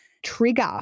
trigger